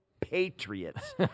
Patriots